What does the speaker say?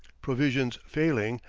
provisions failing,